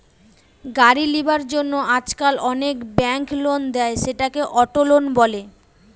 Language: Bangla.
গাড়ি লিবার জন্য আজকাল অনেক বেঙ্ক লোন দেয়, সেটাকে অটো লোন বলে